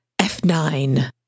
F9